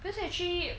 cause actually